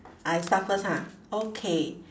I start first ha okay